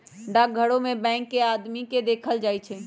डाकघरो में बैंक के आदमी के देखल जाई छई